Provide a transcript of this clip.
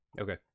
Okay